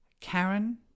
karen